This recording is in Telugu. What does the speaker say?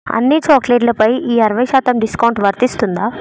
అన్ని చాక్లెట్ల పై ఈ అరవై శాతం డిస్కౌంట్ వర్తిస్తుందా